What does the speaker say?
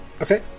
Okay